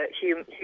human